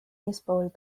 eespool